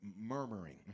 Murmuring